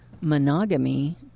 monogamy